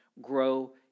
Grow